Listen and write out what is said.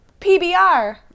PBR